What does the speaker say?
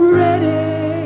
ready